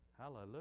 Hallelujah